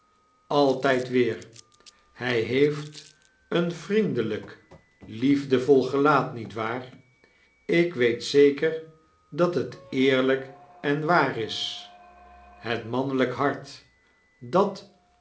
altijd weer hij heeft een vriendelijk liefdevol gelaat nietwaar ik weet zeker dat het eerlijk en waar is het mannelijk hart dat